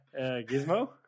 Gizmo